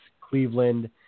Cleveland